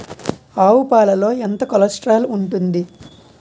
ఆవు పాలలో ఎంత కొలెస్ట్రాల్ ఉంటుంది?